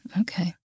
Okay